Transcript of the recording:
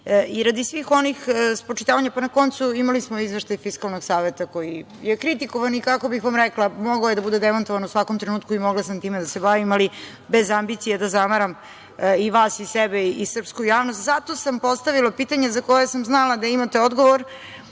i radi svih onih spočitavanja. Pa na koncu, imali smo izveštaj Fiskalnog saveta koji je kritikovan i kako bih vam rekla, mogao je da bude demantovan u svakom trenutku i mogla sam time da se bavim, ali bez ambicije da zamaram i vas i sebe i srpsku javnost, zato sam postavila pitanje za koje sam znala da imate odgovor,